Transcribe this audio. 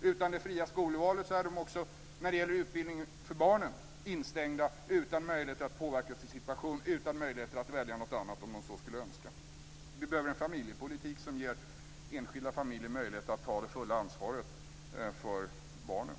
Utan det fria skolvalet är de också när det gäller barnens utbildning instängda, utan möjligheter att påverka sin situation och utan möjligheter att välja något annat om de så skulle önska. Vi behöver en familjepolitik som ger enskilda familjer möjligheter att ta det fulla ansvaret för barnen.